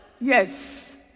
yes